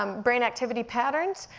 um brain activity patterns,